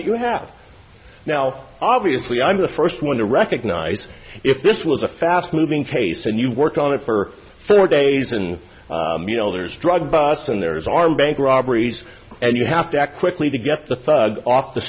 facts you have now obviously i'm the first one to recognize if this was a fast moving case and you worked on it for four days and you know there's drug busts and there's armed bank robberies and you have to act quickly to get the thug off the